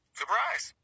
surprise